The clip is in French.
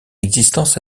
existence